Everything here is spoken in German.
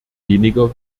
weniger